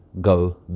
go